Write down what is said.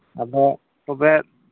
ᱟᱫᱚ ᱛᱚᱵᱮ